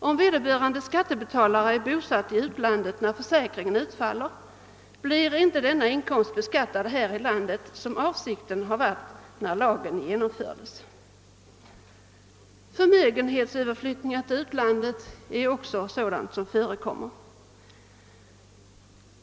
Om vederbörande skattebetalare är bosatt i utlandet när försäkringen utfaller, blir inte denna inkomst beskattad här i landet som avsikten har varit när lagen genomfördes. Förmögenhetsöverflyttningar till utlandet är också sådant som förekommer.